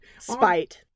Spite